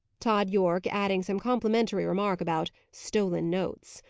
tod yorke adding some complimentary remark about stolen notes.